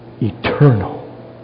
eternal